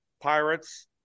Pirates